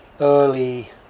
early